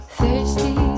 thirsty